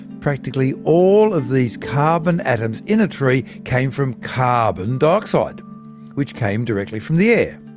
practically all of these carbon atoms in a tree came from carbon dioxide which came directly from the air.